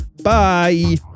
Bye